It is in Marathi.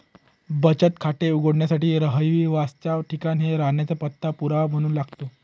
बचत खाते उघडण्यासाठी रहिवासाच ठिकाण हे राहण्याचा पत्ता पुरावा म्हणून लागतो